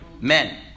Men